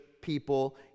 people